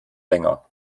länger